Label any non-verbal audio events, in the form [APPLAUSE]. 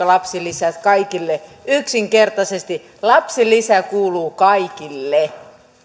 [UNINTELLIGIBLE] lapsilisät kaikille yksinkertaisesti lapsilisä kuuluu kaikille